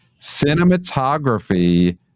cinematography